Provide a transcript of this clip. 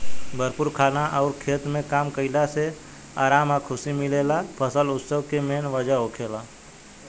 भरपूर खाना अउर खेत में काम कईला से आराम आ खुशी मिलेला फसल उत्सव के मेन वजह होखेला